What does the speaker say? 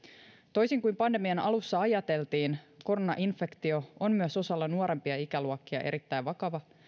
toisin kuin pandemian alussa ajateltiin koronainfektio on myös osalla nuorempia ikäluokkia erittäin vakava